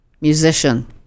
musician